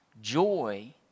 Joy